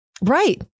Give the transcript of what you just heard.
Right